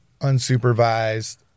unsupervised